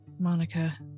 Monica